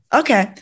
okay